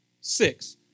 six